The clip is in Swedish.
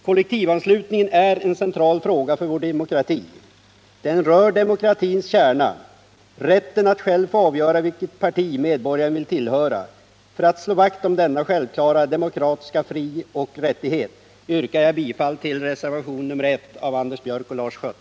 Kollektivanslutningen är en central fråga för vår demokrati. Den rör demokratins kärna: rätten för medborgarna att själva få avgöra vilket partide vill tillhöra. För att slå vakt om denna självklara demokratiska frioch rättighet yrkar jag bifall till reservationen 1 av Anders Björck och Lars Schött.